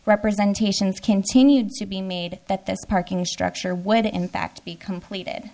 representation is continued to be made that this parking structure would in fact be completed